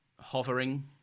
hovering